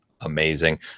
amazing